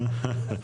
אני